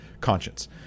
conscience